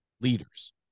leaders